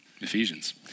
Ephesians